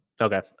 Okay